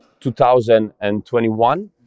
2021